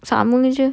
sama jer